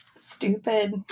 stupid